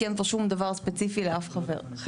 כי אין פה שום דבר ספציפי לאף חברה.